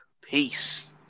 Peace